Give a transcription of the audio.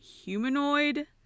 humanoid